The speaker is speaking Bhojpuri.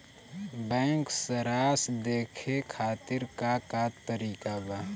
बैंक सराश देखे खातिर का का तरीका बा?